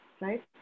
right